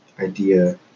Idea